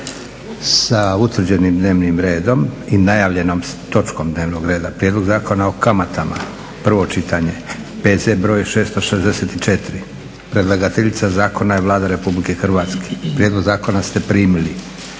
sa utvrđenim dnevnim redom i najavljenom točkom dnevnog reda. - Prijedlog zakona o kamatama, prvo čitanje, P.Z. br. 664 Predlagateljica zakona je Vlada Republike Hrvatske. Prijedlog zakona ste primili.